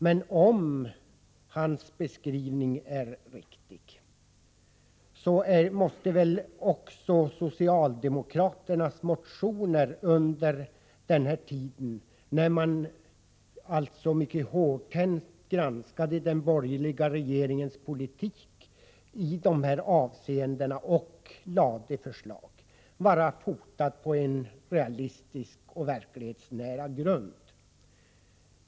Men om hans beskrivning är riktig måste väl också socialdemokraternas motioner under den här tiden, när man alltså mycket hårdhänt granskade den borgerliga regeringens politik i dessa avseenden och lade fram förslag, vara fotade på en realistisk grund.